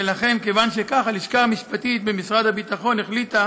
וכיוון שכך, הלשכה המשפטית במשרד הביטחון החליטה